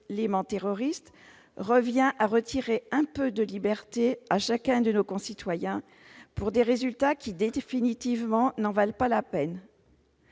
éléments terroristes revient à retirer un peu de liberté à chacun de nos concitoyens pour des résultats qui n'en valent définitivement pas la peine.